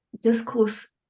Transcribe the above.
discourse